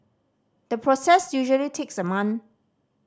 the process usually takes a month